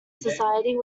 society